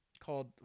called